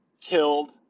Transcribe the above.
killed